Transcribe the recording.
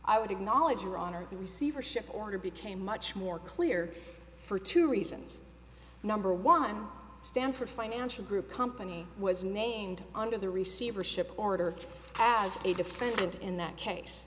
i would acknowledge your honor the receivership order became much more clear for two reasons number one stanford financial group company was named under the receivership order as a defendant in that case